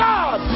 God